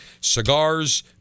Cigars